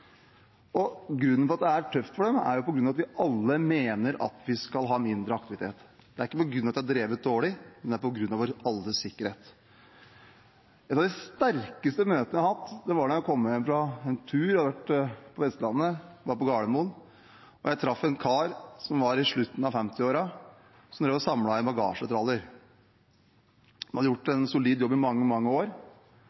Grunnen til at det er tøft for dem, er jo at vi alle mener at vi skal ha mindre aktivitet. Det er ikke på grunn av at de har drevet dårlig, men på grunn av vår alles sikkerhet. Et av de sterkeste møtene jeg har hatt, var da jeg kom hjem fra en tur. Jeg hadde vært på Vestlandet og var på Gardermoen. Jeg traff en kar i slutten av 50-årene som drev og samlet inn bagasjetraller. Han hadde gjort